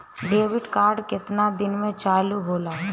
Debit card केतना दिन में चालु होला?